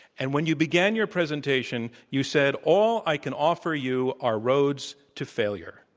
and when you began your presentation, you said, all i can offer you are roads to failure.